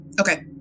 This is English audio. Okay